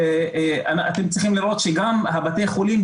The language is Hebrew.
אתם צריכים לראות שגם בתי החולים,